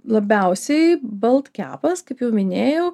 labiausiai baltkepas kaip jau minėjau